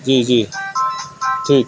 جی جی ٹھیک